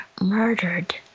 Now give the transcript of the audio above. murdered